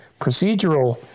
procedural